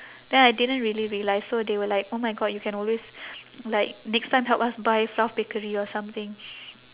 then I didn't really realise so they were like oh my god you can always like next time help us buy fluff bakery or something